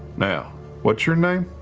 now what's your name?